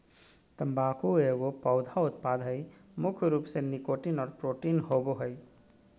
तम्बाकू एगो पौधा उत्पाद हइ मुख्य रूप से निकोटीन और प्रोटीन होबो हइ